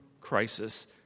crisis